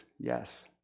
yes